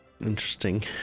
Interesting